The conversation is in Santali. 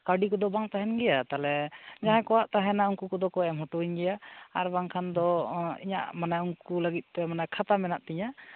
ᱠᱟᱹᱣᱰᱤ ᱠᱚᱫᱚ ᱵᱟᱝ ᱛᱟᱦᱮᱱ ᱜᱮᱭᱟ ᱛᱟᱦᱞᱮ ᱡᱟᱦᱟᱸᱭ ᱠᱚᱣᱟᱜ ᱛᱟᱦᱮᱱᱟ ᱩᱱᱠᱩ ᱠᱚᱫᱚ ᱮᱢ ᱦᱚᱴᱚ ᱟᱹᱧ ᱜᱮᱭᱟ ᱟᱨ ᱵᱟᱝᱠᱷᱟᱱ ᱫᱚ ᱤᱧᱟᱹᱜ ᱢᱟᱱᱮ ᱩᱱᱠᱩ ᱞᱟᱹᱜᱤᱫ ᱛᱮ ᱢᱟᱱᱮ ᱠᱷᱟᱛᱟ ᱢᱮᱱᱟᱜ ᱛᱤᱧᱟᱹ